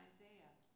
Isaiah